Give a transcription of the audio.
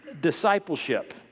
discipleship